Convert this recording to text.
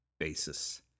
basis